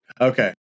Okay